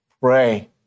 pray